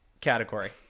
Category